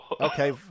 Okay